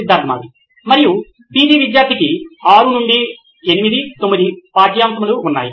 Siddharth Mathuri CEO నోయిన్ electronics మరియు PG విద్యార్థికి 6 నుండి 8 9 పాఠ్యాంశములు ఉన్నాయి